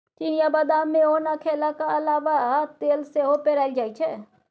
चिनियाँ बदाम केँ ओना खेलाक अलाबा तेल सेहो पेराएल जाइ छै